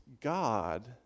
God